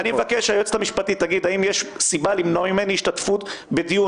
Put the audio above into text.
אני מבקש שהיועצת המשפטית תגיד האם יש סיבה למנוע ממני השתתפות בדיון